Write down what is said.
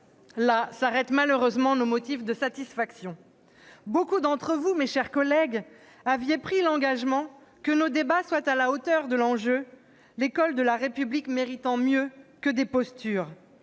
Là s'arrêtent malheureusement nos motifs de satisfaction. Beaucoup d'entre vous, mes chers collègues, aviez pris l'engagement que nos débats soient à la hauteur de l'enjeu, l'école de la République méritant mieux que des postures.